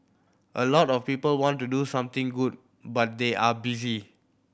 a lot of people want to do something good but they are busy